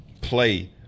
play